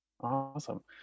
Awesome